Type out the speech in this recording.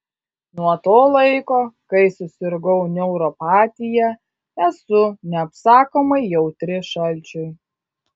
nuo to laiko kai susirgau neuropatija esu neapsakomai jautri šalčiui